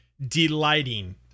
delighting